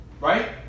Right